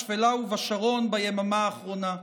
בשפלה ובשרון ביממה האחרונה.